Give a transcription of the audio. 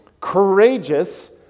courageous